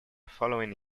following